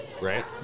Right